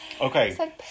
Okay